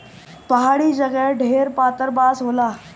पहाड़ी जगे ढेर पातर बाँस होला